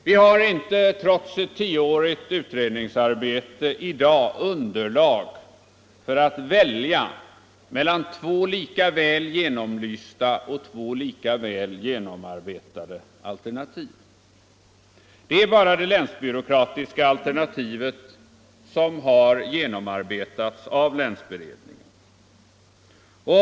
Vi har inte, trots ett tioårigt utredningsarbete, i dag underlag för att välja mellan två lika väl genomlysta och lika väl genomarbetade alternativ. Det är bara det länsbyråkratiska alternativet som har genomarbetats av länsberedningen.